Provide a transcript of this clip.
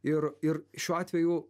ir ir šiuo atveju